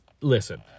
listen